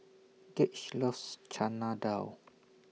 Gage loves Chana Dal